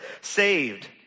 saved